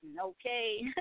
okay